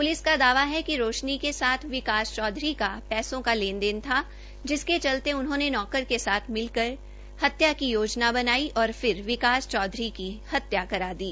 police का दावा है कि रोशनी के साथ विकास चौधरी का पैसों का लेनदेन था जिसके चलते उन्होंने नौकर के साथ मिलकर हत्या की योजना बनाई और फिर विकास चौधरी की हत्या करा दी